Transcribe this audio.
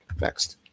Next